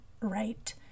right